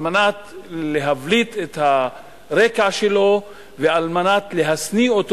על מנת להבליט את הרקע שלו ועל מנת להשניא אותו